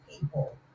people